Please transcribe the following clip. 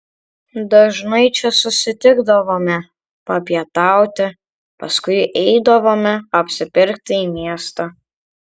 dažnai čia susitikdavome papietauti paskui eidavome apsipirkti į miestą